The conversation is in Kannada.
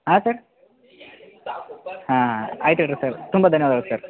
ಹಾಂ ಸರ್ ಹಾಂ ಹಾಂ ಆಯ್ತು ಇಡ್ರಿ ಸರ್ ತುಂಬ ಧನ್ಯವಾದಗಳು ಸರ್